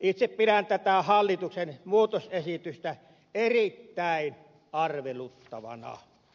itse pidän tätä hallituksen muutosesitystä erittäin arveluttavana